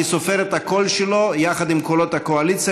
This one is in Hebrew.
אני סופר את הקול שלו יחד עם קולות הקואליציה,